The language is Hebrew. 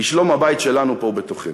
שלום-הבית שלנו פה בתוכנו,